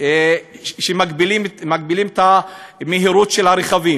שמגבילות את המהירות של כלי הרכב?